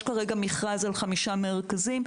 יש כרגע מכרז על חמישה מרכזים.